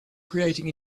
creating